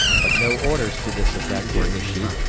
but no orders to this effect were issued,